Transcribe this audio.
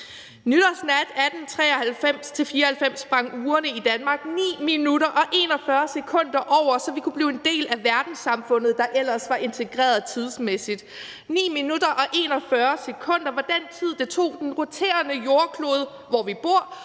Nytårsnat 1893/94 sprang urene i Danmark 9 minutter og 41 sekunder over, så vi kunne blive en del af verdenssamfundet, der ellers var integreret tidsmæssigt. 9 minutter og 41 sekunder var den tid, det tog den roterende jordklode, hvor vi bor,